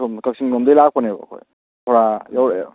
ꯑꯁꯣꯝ ꯀꯥꯛꯆꯤꯡ ꯂꯣꯝꯗꯒꯤ ꯂꯥꯛꯄꯅꯦꯕ ꯑꯩꯈꯣꯏ ꯁꯣꯔꯥ ꯌꯧꯔꯛ ꯑꯦꯕ